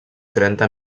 trenta